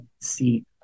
see